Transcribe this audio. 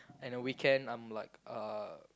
and a weekend I'm like uh